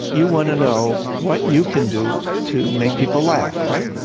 you want to know what you can do to make people laugh, right?